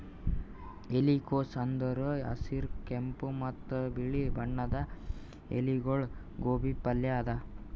ಎಲಿಕೋಸ್ ಅಂದುರ್ ಹಸಿರ್, ಕೆಂಪ ಮತ್ತ ಬಿಳಿ ಬಣ್ಣದ ಎಲಿಗೊಳ್ದು ಗೋಬಿ ಪಲ್ಯ ಅದಾ